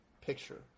picture